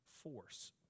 force